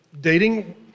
dating